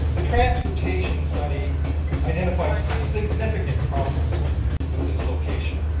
the transportation study identified significant problems with this location,